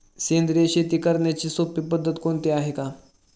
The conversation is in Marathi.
सेंद्रिय शेती करण्याची सोपी पद्धत कोणती आहे का?